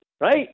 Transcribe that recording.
right